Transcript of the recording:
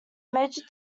major